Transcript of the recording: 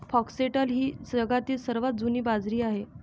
foxtail ही जगातील सर्वात जुनी बाजरी आहे